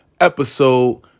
episode